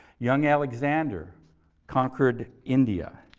young alexander conquered india.